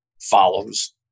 follows